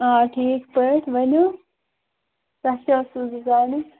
آ ٹھیٖک پٲٹھۍ ؤنِو تۅہہِ کیٛاہ ٲسوٕ گُزٲرِش